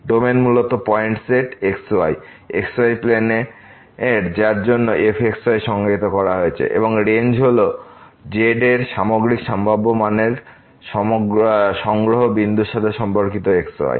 domain মূলত point set x y xy প্লেনের যার জন্য fx y সংজ্ঞায়িত করা হয়েছে এবং রেঞ্জ হল z এর সামগ্রিক সম্ভাব্য মানের সংগ্রহ বিন্দুর সাথে সম্পর্কিত x y